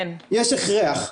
יש הכרח.